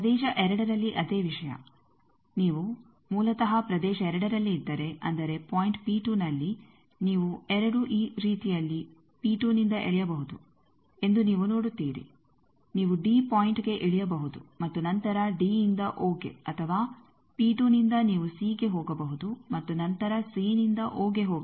ಪ್ರದೇಶ 2ರಲ್ಲಿ ಅದೇ ವಿಷಯ ನೀವು ಮೂಲತಃ ಪ್ರದೇಶ 2ರಲ್ಲಿ ಇದ್ದರೆ ಅಂದರೆ ಪಾಯಿಂಟ್ನಲ್ಲಿ ನೀವು 2 ರೀತಿಯಲ್ಲಿ ನಿಂದ ಎಳೆಯಬಹುದು ಎಂದು ನೀವು ನೋಡುತ್ತೀರಿ ನೀವು ಡಿ ಪಾಯಿಂಟ್ಗೆ ಇಳಿಯಬಹುದು ಮತ್ತು ನಂತರ ಡಿಯಿಂದ ಓಗೆ ಅಥವಾ ನಿಂದ ನೀವು ಸಿಗೆ ಹೋಗಬಹುದು ಮತ್ತು ನಂತರ ಸಿನಿಂದ ಓಗೆ ಹೋಗಬಹುದು